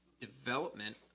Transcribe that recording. development